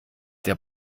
der